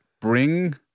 Bring